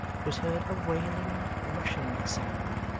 was heard a wailing, rushing sound,